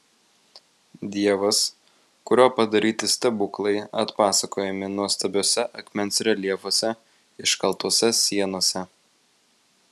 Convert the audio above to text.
dievas kurio padaryti stebuklai atpasakojami nuostabiuose akmens reljefuose iškaltuose sienose